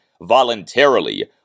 voluntarily